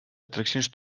atraccions